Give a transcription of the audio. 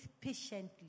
patiently